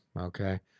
okay